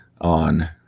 on